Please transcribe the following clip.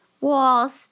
walls